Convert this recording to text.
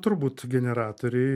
turbūt generatoriai